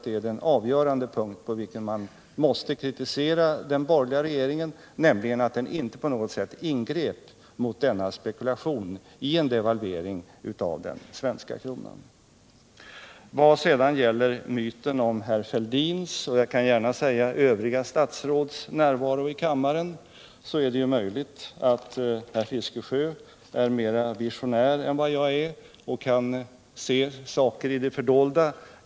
Den avgörande punkten för kritik av den borgerliga regeringen är att den inte på något sätt ingrep mot denna spekulation i en devalvering av den svenska kronan. Vad sedan gäller myten om herr Fälldins, och jag kan gärna tillägga de Övriga statsrådens, närvaro i kammaren, så är det möjligt att herr Fiskesjö är mera visionär, mera synsk än jag och kan se saker i det fördolda.